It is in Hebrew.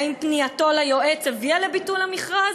האם פנייתו ליועץ הביאה לביטול המכרז,